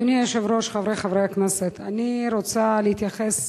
אדוני היושב-ראש, אני רוצה להתייחס